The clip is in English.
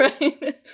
Right